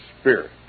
spirit